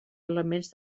elements